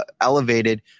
elevated